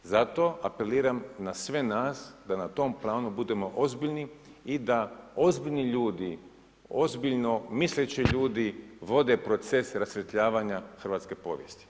Zato apeliram na sve nas da na tom planu budemo ozbiljni i da ozbiljni ljudi ozbiljno misleći ljudi vode proces rasvjetljavanja hrvatske povijesti.